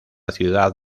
ciudad